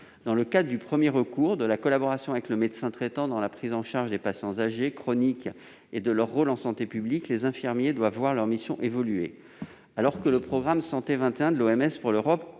Dans le cadre du premier recours, de la collaboration avec le médecin traitant pour la prise en charge des patients âgés et chroniques et de leur rôle en santé publique, les infirmiers doivent voir leur mission évoluer. Alors que le programme Santé 21 de l'OMS pour l'Europe